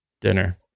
dinner